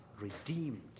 redeemed